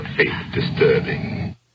Disturbing